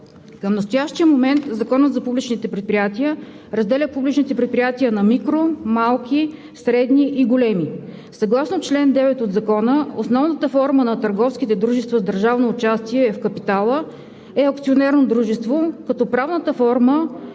Към настоящия момент Законът за публичните предприятия разделя публичните предприятия на микро, малки, средни и големи. Съгласно чл. 9 от Закона основната форма на търговските дружества с държавно участие в капитала е акционерно дружество, като правната форма